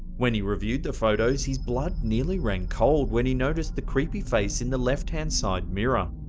when he reviewed the photos, his blood nearly ran cold, when he noticed the creepy face in the left hand side mirror.